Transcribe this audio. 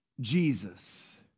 Jesus